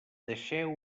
deixeu